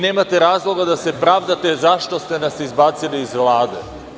Nemate razloga da se pravdate zašto ste nas izbacili iz Vlade.